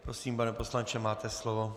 Prosím, pane poslanče, máte slovo.